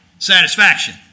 Satisfaction